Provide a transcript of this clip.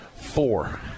four